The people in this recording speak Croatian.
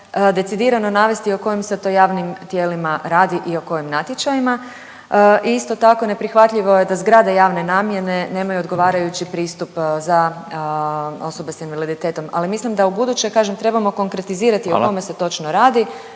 decidirano navesti o kojim se to javnim tijelima radi i o kojim natječajima. I isto tako neprihvatljivo je da zgrade javne namjene nemaju odgovarajući pristup za osobe sa invaliditetom. Ali mislim da u buduće kažem trebamo konkretizirati … …/Upadica Radin: